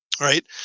right